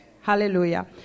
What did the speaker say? Hallelujah